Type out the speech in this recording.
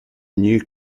new